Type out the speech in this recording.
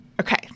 Okay